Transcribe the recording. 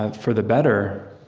ah for the better,